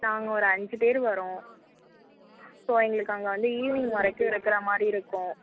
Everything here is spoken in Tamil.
நாங்கள் ஒரு அஞ்சுப்பேரு வரோம் ஸோ எங்களுக்கு அங்கே வந்து ஈவ்னிங் வரைக்கும் இருக்கிறா மாதிரி இருக்கும்